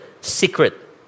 secret